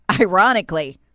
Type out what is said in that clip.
ironically